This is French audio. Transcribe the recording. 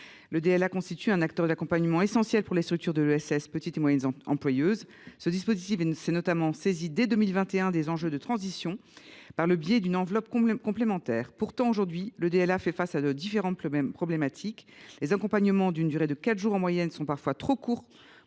Le DLA constitue un acteur de l’accompagnement essentiel pour les structures de l’ESS, petites et moyennes employeuses. Ce dispositif s’est notamment saisi, dès 2021, des enjeux de transition par le biais d’une enveloppe complémentaire. Pourtant, aujourd’hui, le DLA fait face à différents problèmes. Tout d’abord, les accompagnements, d’une durée moyenne de quatre jours, sont parfois trop courts,